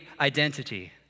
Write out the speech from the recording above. identity